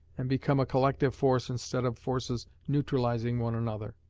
and become a collective force instead of forces neutralizing one another.